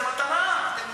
זה מתנה.